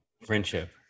friendship